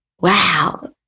wow